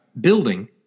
building